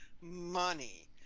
money